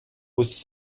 was